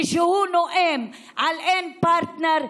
כשהוא נואם על אין פרטנר,